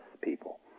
people